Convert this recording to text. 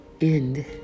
end